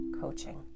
coaching